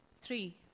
Three